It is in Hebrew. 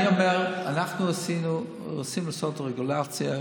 אנחנו רוצים לעשות רגולציה,